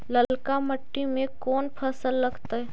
ललका मट्टी में कोन फ़सल लगतै?